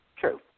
True